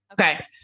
Okay